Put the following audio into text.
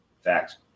facts